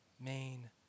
main